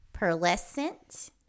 pearlescent